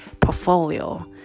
portfolio